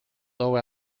low